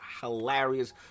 hilarious